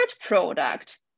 product